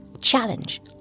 challenge